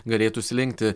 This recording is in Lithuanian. galėtų slinkti